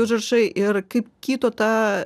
užrašai ir kaip kito ta